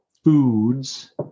Foods